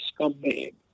scumbag